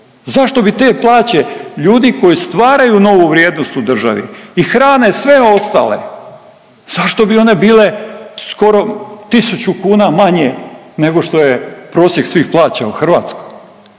Zašto bi te plaće ljudi koji stvaraju novu vrijednost u državi hrane sve ostale zašto bi one bile skoro tisuću kuna manje nego što je prosjek svih plaća u Hrvatskoj.